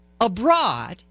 abroad